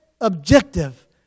objective